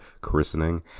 christening